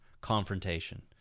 Confrontation